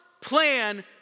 plan